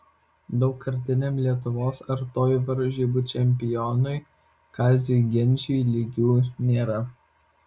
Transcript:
daugkartiniam lietuvos artojų varžybų čempionui kaziui genčiui lygių nėra